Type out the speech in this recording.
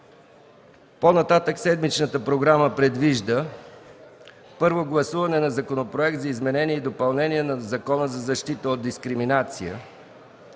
По-нататък седмичната програма предвижда: 3. Първо гласуване на Законопроект за изменение и допълнение на Закона за защита от дискриминация.